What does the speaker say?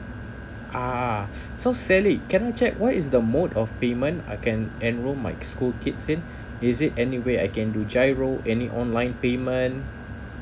ah so sally can I check what is the mode of payment I can enroll my school kids in is it anyway I can do giro any online payment